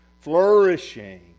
flourishing